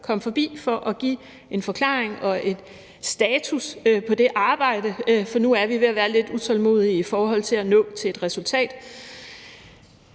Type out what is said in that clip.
kom forbi for at give en forklaring og en status på det arbejde, for nu er vi ved at være lidt utålmodige i forhold til at nå til et resultat.